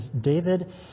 David